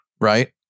right